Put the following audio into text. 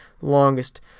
longest